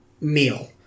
meal